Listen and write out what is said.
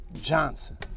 Johnson